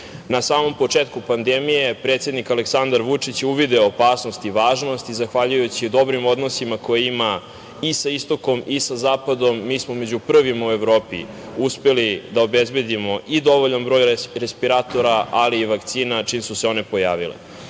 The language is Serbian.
samom početku pandemije predsednik Aleksandar Vučić je uvideo opasnost i važnost i, zahvaljujući dobrim odnosima koje ima i sa istokom i sa zapadom, mi smo među prvima u Evropi uspeli da obezbedimo i dovoljan broj respiratora, ali i vakcina čim su se one pojavile.S